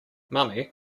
mommy